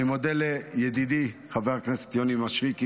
אני מודה לידידי חבר הכנסת יוני מישרקי,